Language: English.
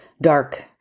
dark